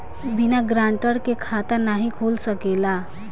बिना गारंटर के खाता नाहीं खुल सकेला?